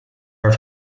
have